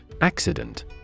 Accident